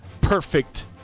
perfect